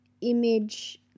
image